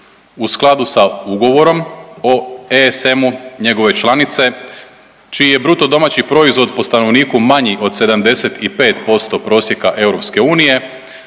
U skladu sa Ugovorom o ESM-u njegove članice čiji je BDP po stanovniku manji od 75% prosjeka EU